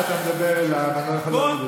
כל זמן שאתה מדבר אליו אני לא יכול להוריד אותו,